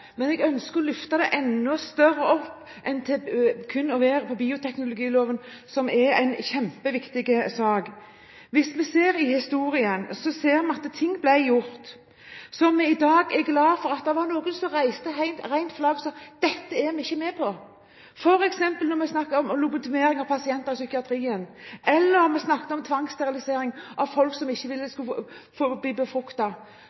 ønsker å løfte det enda høyere enn til kun å handle om bioteknologiloven – noe som er en kjempeviktig sak. Hvis vi ser på historien, ser vi at det ble gjort ting som vi i dag er glad for at noen heiste flagg for og sa at dette var de ikke med på. For eksempel når vi snakker om lobotomering av pasienter i psykiatrien, eller når vi snakker om tvangssterilisering av folk man ikke ville